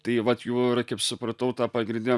tai vat jų ir kaip supratau ta pagrindinė